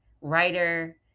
writer